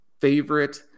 favorite